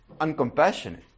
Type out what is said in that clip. uncompassionate